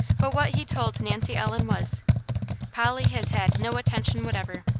but what he told nancy ellen was polly has had no attention whatever.